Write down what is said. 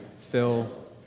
Phil